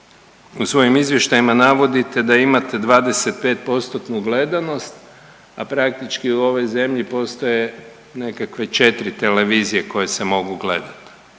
u svojim izvještajima navodite da imate 25%-tnu gledanost, a praktički u ovoj zemlji postoje nekakve 4 televizije koje se mogu gledati